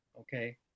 okay